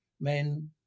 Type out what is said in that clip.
men